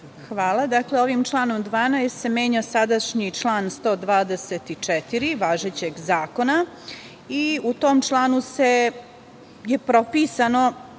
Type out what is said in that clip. Hvala. Dakle, ovim članom 12. se menja sadašnji član 124. važećeg Zakona. U tom članu je propisano